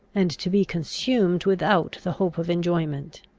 and to be consumed without the hope of enjoyment.